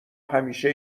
همیشه